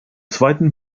zweiten